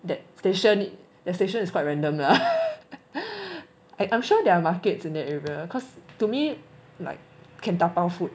that station that station is quite random I'm sure there are markets in that area cause to me like can 打包 food